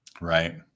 Right